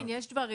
עדיין יש דברים.